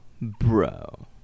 Bro